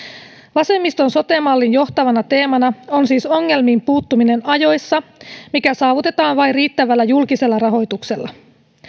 vasemmiston sote mallin johtavana teemana on siis ongelmiin puuttuminen ajoissa mikä saavutetaan vain riittävällä julkisella rahoituksella